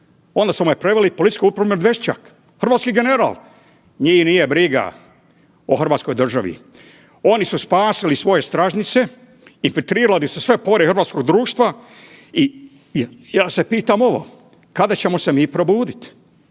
onda su me priveli u Policijsku upravu Medveščak, hrvatski general. Njih nije briga o Hrvatskoj državi, oni su spasili svoje stražnjice infiltrirali su sve pore hrvatskog društva i ja se pitam ovo, kada ćemo se mi probudit,